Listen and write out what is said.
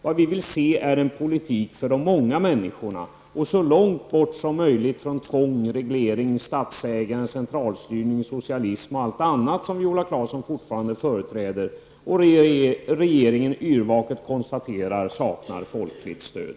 Vad vi vill se är en politik för de många människorna, en politik som ligger så långt bort som möjligt från tvång, reglering, statsägande, centralstyrning, socialism och allt annat som Viola Claesson fortfarande företräder och som regeringen yrvaket konstaterar saknar folkligt stöd.